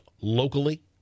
locally